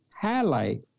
highlight